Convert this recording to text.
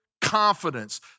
confidence